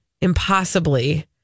impossibly